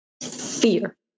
Fear